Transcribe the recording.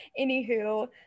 anywho